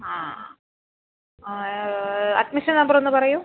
ആ admission number ഒന്ന് പറയൂ